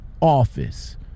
office